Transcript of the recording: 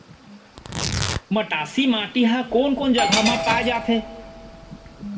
मटासी माटी हा कोन कोन जगह मा पाये जाथे?